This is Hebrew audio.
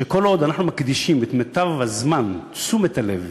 שכל עוד אנחנו מקדישים את מיטב הזמן, תשומת הלב,